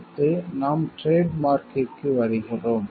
அடுத்து நாம் டிரேட் மார்க்கிற்கு வருகிறோம்